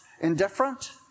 indifferent